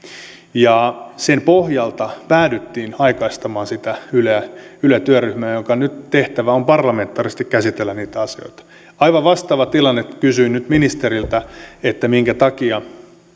ja sen pohjalta päädyttiin aikaistamaan sitä yle yle työryhmää jonka tehtävä on nyt parlamentaarisesti käsitellä niitä asioita aivan vastaava tilanne kysyin nyt ministeriltä minkä takia